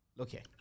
Okay